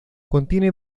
contiene